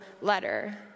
letter